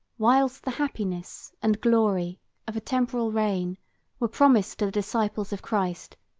whilst the happiness and glory of a temporal reign were promised to the disciples of christ,